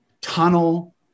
tunnel